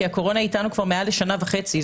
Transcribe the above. כי הקורונה איתנו כבר למעלה משנה וחצי.